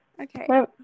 Okay